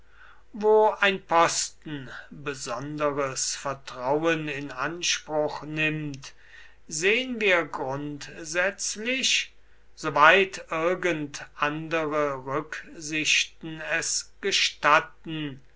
wo ein posten besonderes vertrauen in anspruch nimmt sehen wir grundsätzlich soweit irgend andere rücksichten es gestatten